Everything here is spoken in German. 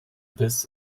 biss